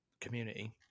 community